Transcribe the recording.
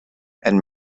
and